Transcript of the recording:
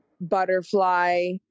butterfly